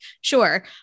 Sure